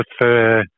prefer